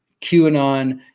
QAnon